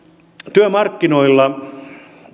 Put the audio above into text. työmarkkinoilla